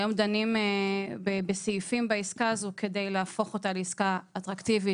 היום אנחנו דנים בסעיפים בעסקה הזו כדי להפוך אותה לעסקה אטרקטיבית,